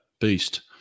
Beast